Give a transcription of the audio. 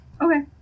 Okay